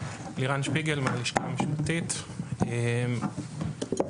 אני מהלשכה המשפטית במשרד החינוך.